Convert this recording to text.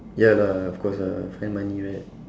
ya lah of course lah find money right